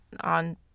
on